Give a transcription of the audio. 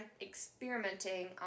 experimenting